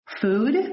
food